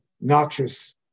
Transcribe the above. noxious